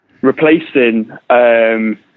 replacing